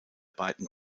beiden